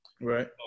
Right